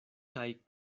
kaj